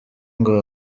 ngo